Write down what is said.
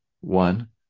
one